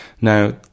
now